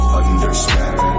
understand